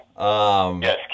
Yes